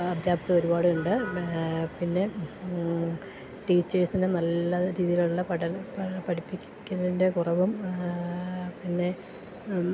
അപ്രാപ്യത ഒരുപാടുണ്ട് പിന്നെ ടീച്ചേഴ്സിനേ നല്ല രീതിയിലുള്ള പഠന പഠിപ്പിക്കുന്നതിൻ്റെ കുറവും പിന്നെ